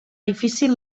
difícil